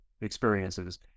experiences